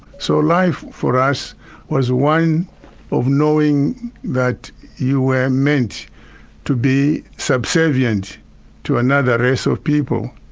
so life for us was one of knowing that you were meant to be subservient to another race of people.